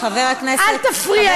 אל תפריע לי.